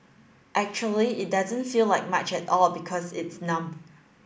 actually it doesn't feel like much at all because it's numb